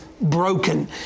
broken